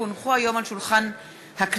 כי הונחו היום על שולחן הכנסת,